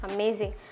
Amazing